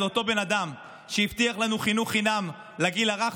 זה אותו בן אדם שהבטיח לנו חינוך חינם לגיל הרך.